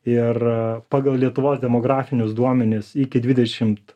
ir pagal lietuvos demografinius duomenis iki dvidešimt